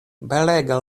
belega